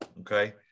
okay